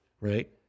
Right